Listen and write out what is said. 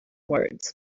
words